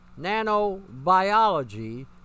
nanobiology